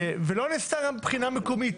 ולא נעשתה גם בחינה מקומית: